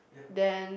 then